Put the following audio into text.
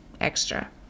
extra